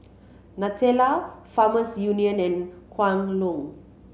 Nutella Farmers Union and Kwan Loong